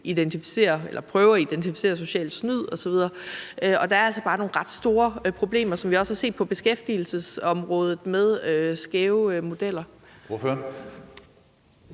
prøver at identificere socialt snyd osv. Og der er altså bare nogle ret store problemer med skæve modeller, som vi også har set på beskæftigelsesområdet. Kl.